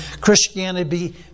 Christianity